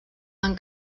han